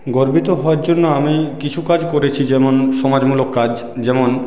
গর্বিত হওয়ার জন্য আমি কিছু কাজ করেছি যেমন সমাজমূলক কাজ যেমন